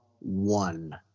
one